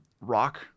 rock